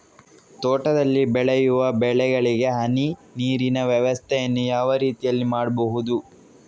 ತೋಟದಲ್ಲಿ ಬೆಳೆಯುವ ಬೆಳೆಗಳಿಗೆ ಹನಿ ನೀರಿನ ವ್ಯವಸ್ಥೆಯನ್ನು ಯಾವ ರೀತಿಯಲ್ಲಿ ಮಾಡ್ಬಹುದು?